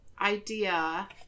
idea